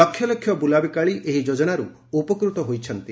ଲକ୍ଷ ଲକ୍ଷ ବୁଲାବିକାଳି ଏହି ଯୋଜନାରୁ ଉପକୃତ ହୋଇଛନ୍ତି